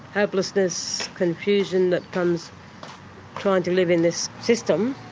hopelessness, confusion that comes trying to live in this system,